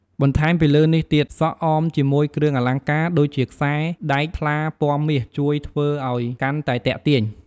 បន្តែមពីលើនេះទៀតសក់អមជាមួយគ្រឿងអលង្ការដូចជាខ្សែរដែកថ្លាពណ៌មាសជួយធ្វើឲ្យកាន់តែទាក់ទាញ។